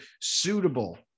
suitable